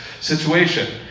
situation